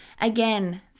Again